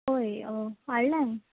हय हाडला हावेन